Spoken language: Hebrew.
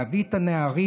להביא את הנערים,